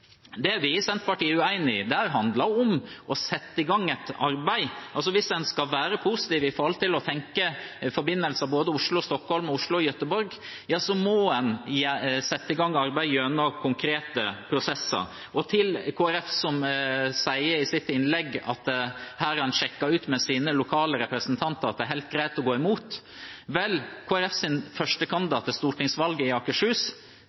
er vi i Senterpartiet uenig i. Det handler om å sette i gang et arbeid. Hvis en skal være positiv med hensyn til å tenke forbindelse både Oslo–Stockholm og Oslo–Göteborg, så må man sette i gang arbeid gjennom konkrete prosesser. Til representanten fra Kristelig Folkeparti, som sier i sitt innlegg at her har man sjekket ut med sine lokale representanter at det er helt greit å gå imot: Vel, Kristelig Folkepartis førstekandidat til stortingsvalget i Akershus